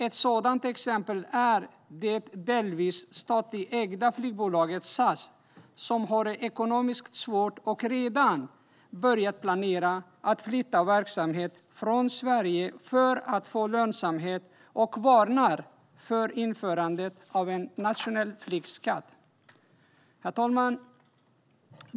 Ett sådant exempel är det delvis statligt ägda flygbolaget SAS, som har det ekonomiskt svårt och redan börjat planera att flytta verksamhet från Sverige för att få lönsamhet. De varnar för införandet av en nationell flygskatt. Herr talman!